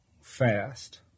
fast